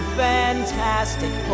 fantastic